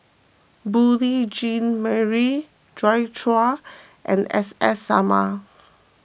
Beurel Jean Marie Joi Chua and S S Sarma